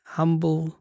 humble